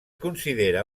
considera